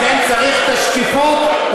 לכן צריך את השקיפות.